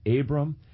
Abram